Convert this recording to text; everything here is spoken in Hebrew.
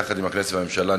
יחד עם הכנסת והממשלה,